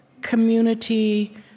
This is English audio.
community